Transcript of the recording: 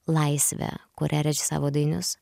laisvę kurią režisavo dainius